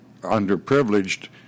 underprivileged